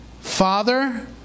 Father